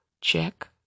check